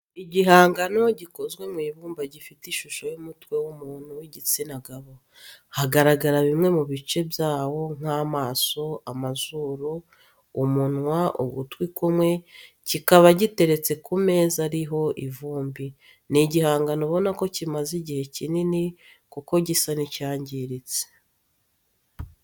Igihangano gikoze mu ibumba gifite ishusho y'umutwe w'umuntu w'igitsina gabo, hagaragara bimwe mu bice byawo nk'amaso, amazuru, umunwa ugutwi kumwe, kikaba giteretse ku meza ariho ivumbi. Ni igihangano ubona ko kimaze igihe kinini kuko gisa n'icyangiritse.